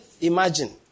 Imagine